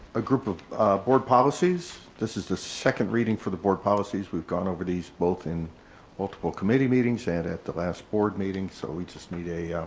a group of board policies. this is the second reading for the board policies. we've gone over these both in multiple committee meetings and at the last board meeting, so we just need a